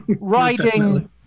Riding